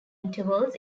intervals